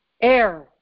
Air